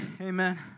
Amen